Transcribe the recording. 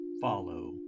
follow